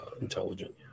intelligent